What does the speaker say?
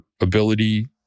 ability